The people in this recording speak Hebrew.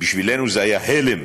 בשבילנו זה היה הלם,